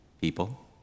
people